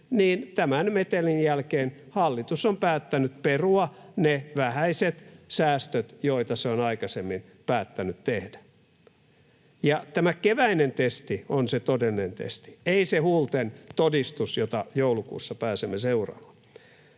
tämän metelin jälkeen hallitus on päättänyt perua ne vähäiset säästöt, joita se on aikaisemmin päättänyt tehdä. Tämä keväinen testi on se todellinen testi, ei se huulten todistus, jota joulukuussa pääsemme seuraamaan.